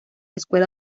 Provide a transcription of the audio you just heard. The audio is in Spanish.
escuela